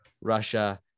Russia